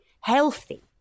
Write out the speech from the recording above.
healthy